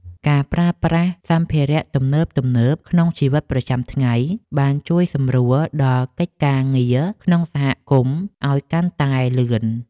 ការប្រើប្រាស់សម្ភារៈទំនើបៗក្នុងជីវិតប្រចាំថ្ងៃបានជួយសម្រួលដល់កិច្ចការងារក្នុងសហគមន៍ឱ្យកាន់តែលឿន។